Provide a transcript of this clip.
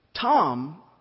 Tom